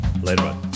Later